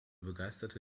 begeisterte